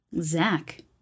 Zach